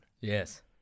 Yes